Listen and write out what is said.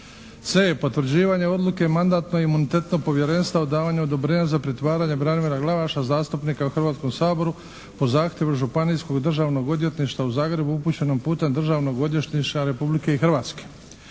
c) Potvrđivanje odluke Mandatno imunitetnog povjerenstva o davanju odobrenja za pritvaranje Branimira Glavaša zastupnika u Hrvatskom saboru po zahtjevu Županijskog Državnog odvjetništva u Zagrebu upućenog putem Državnog odvjetništva Republike Hrvatske.